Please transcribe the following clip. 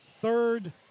third